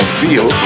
feel